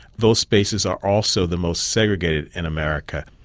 those spaces are also the most segregated in america.